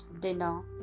dinner